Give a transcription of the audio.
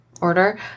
order